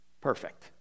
perfect